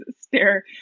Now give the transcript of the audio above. stare